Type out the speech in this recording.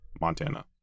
Montana